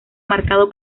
marcado